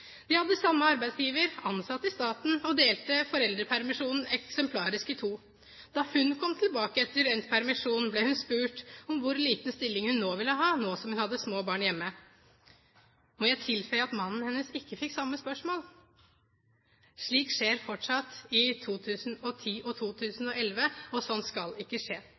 De hadde samme arbeidsgiver, ansatt i staten og delte foreldrepermisjonen eksemplarisk i to. Da hun kom tilbake etter endt permisjon, ble hun spurt om hvor liten stilling hun nå ville ha, nå som hun hadde små barn hjemme. Må jeg tilføye at mannen hennes ikke fikk samme spørsmål? Slikt skjer fortsatt, i 2010 og i 2011, og det skal ikke skje.